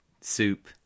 soup